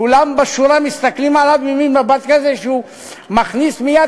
כולם בשורה מסתכלים עליו במין מבט כזה שהוא מכניס מייד